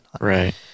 Right